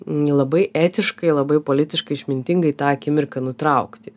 labai etiškai labai politiškai išmintingai tą akimirką nutraukti